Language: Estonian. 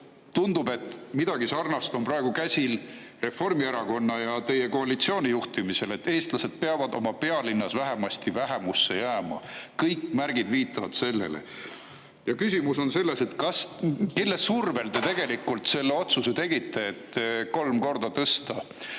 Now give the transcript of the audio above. Tundub, et midagi sarnast on praegu käsil Reformierakonna ja teie koalitsiooni juhtimisel, et eestlased peavad oma pealinnas vähemusse jääma. Kõik märgid viitavad sellele. Ja küsimus on selles, kelle survel te tegelikult selle otsuse tegite, et kolm korda tõsta